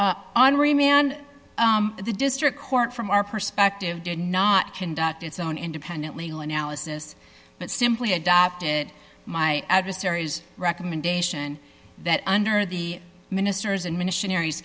henri man the district court from our perspective did not conduct its own independent legal analysis but simply adopted my adversaries recommendation that under the ministers and missionaries